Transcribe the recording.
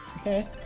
Okay